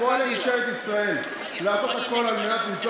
אני קורא למשטרת ישראל לעשות הכול על מנת למצוא